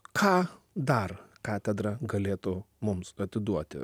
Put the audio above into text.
ką dar katedra galėtų mums atiduoti